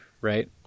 right